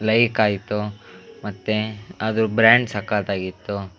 like ಆಯಿತು ಮತ್ತು ಅದ್ರ ಬ್ರ್ಯಾಂಡ್ ಸಕತ್ತಾಗಿತ್ತು